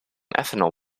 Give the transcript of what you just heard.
ethanol